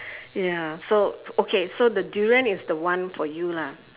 ya so okay so the durian is the one for you lah